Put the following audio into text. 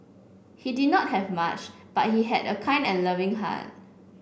he did not have much but he had a kind and loving heart